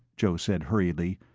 joe said hurriedly.